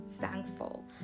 thankful